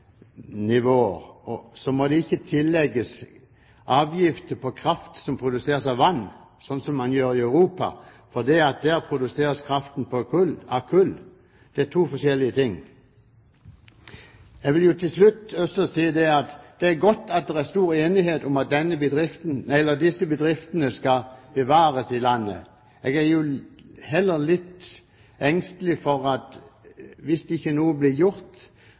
nivå, og så må de ikke tillegges avgifter på kraft som produseres av vann. Avgift på kraft er det i Europa, men der produseres kraften av kull. Det er to forskjellige ting. Jeg vil til slutt også si at det er godt at det er stor enighet om at disse bedriftene skal bevares i landet. Jeg er jo heller litt engstelig for at hvis ikke noe blir gjort